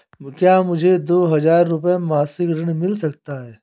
क्या मुझे दो हज़ार रुपये मासिक ऋण मिल सकता है?